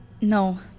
No